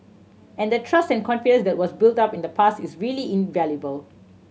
and the trust and confidence that was built up in the past is really invaluable